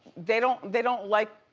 they don't, they don't like,